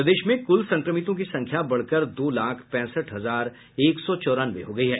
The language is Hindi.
प्रदेश में कुल संक्रमितों की संख्या बढ़कर दो लाख पैंसठ हजार एक सौ चौरानवे हो गयी है